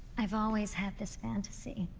i've always had this fantasy.